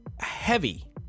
heavy